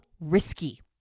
risky